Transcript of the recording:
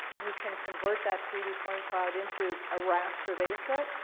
you can convert that three d point cloud into a raster data set.